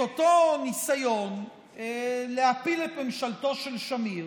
את אותו ניסיון להפיל את ממשלתו של שמיר,